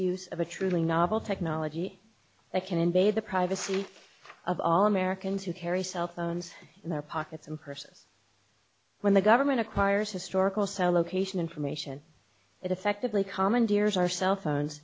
use of a truly novel technology that can invade the privacy of all americans who carry cell phones in their pockets and purses when the government acquires historical so location information that effectively commandeers our cell phone